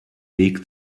weg